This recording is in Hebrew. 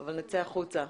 אבל נצא החוצה.